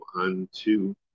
unto